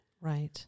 right